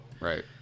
Right